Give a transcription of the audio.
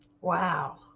wow